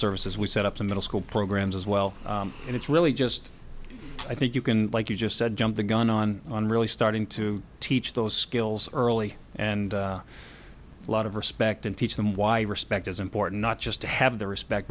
services we set up the middle school programs as well and it's really just i think you can like you just said jump the gun on on really starting to teach those skills early and a lot of respect and teach them why respect is important not just to have the respect